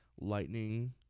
Lightning